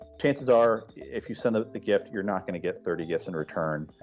chances are if you send the the gift, you're not going to get thirty gifts in return.